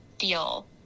feel